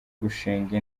gushinga